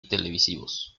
televisivos